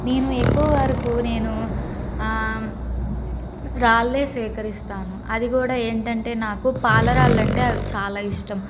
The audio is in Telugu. నేను ఎక్కువ వరకు నేను రాళ్ళే సేకరిస్తాను అది కూడా ఏంటంటే నాకు పాల రాళ్ళంటే అవి చాలా ఇష్టం